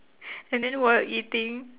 and then while eating